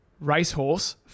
racehorse